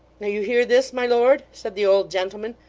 now, you hear this, my lord said the old gentleman,